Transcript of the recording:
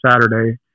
Saturday